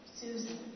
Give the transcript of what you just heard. Susan